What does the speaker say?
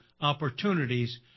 opportunities